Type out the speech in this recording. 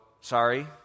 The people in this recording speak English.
sorry